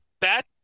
bet